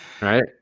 right